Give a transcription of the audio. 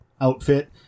outfit